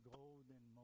golden